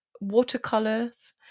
watercolors